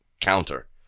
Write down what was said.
counter